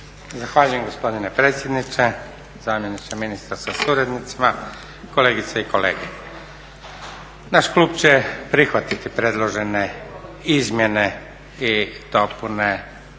Zahvaljujem gospodine predsjedniče, zamjeniče ministra sa suradnicima, kolegice i kolege. Naš klub će prihvatiti predložene izmjene i dopune